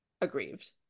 aggrieved